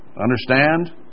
Understand